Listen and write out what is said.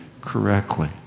correctly